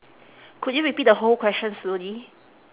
could you repeat the whole question slowly